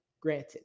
Granted